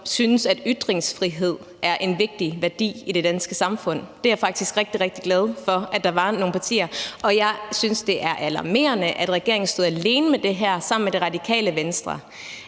synes, at ytringsfrihed er en vigtig værdi i det danske samfund. Det er jeg faktisk rigtig, rigtig glad for at der var nogle partier der syntes. Jeg synes, det er alarmerende, at regeringen stod alene med det her sammen med Radikale Venstre.